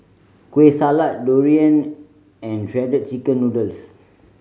Kueh Salat durian and Shredded Chicken Noodles